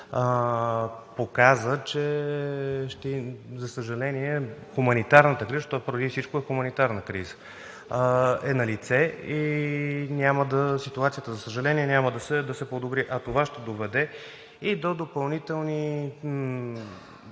показа, за съжаление, хуманитарната криза, защото преди всичко е хуманитарна криза, е налице и ситуацията, за съжаление, няма да се подобри. Това ще доведе и до допълнителни